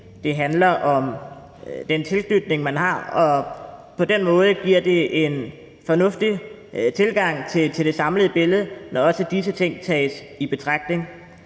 det handler om den tilknytning, man har, og på den måde giver det en fornuftig tilgang til det samlede billede, når også disse ting tages i betragtning.